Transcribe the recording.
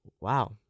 wow